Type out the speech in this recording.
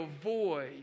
avoid